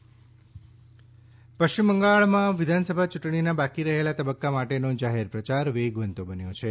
પશ્ચિમ બંગાળ પ્રચાર પશ્ચિમ બંગાળ વિધાનસભા યૂંટણીના બાકી રહેલા તબક્કા માટેનો જાહેર પ્રચાર વેગવંતો બન્યો છે